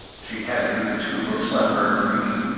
she handed me the tube of sunburn cream,